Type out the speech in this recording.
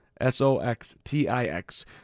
S-O-X-T-I-X